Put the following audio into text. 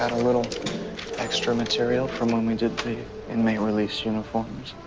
a little extra material from when we did the inmate release uniforms.